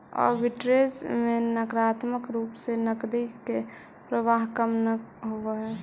arbitrage में नकारात्मक रूप से नकदी के प्रवाह कम न होवऽ हई